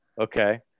Okay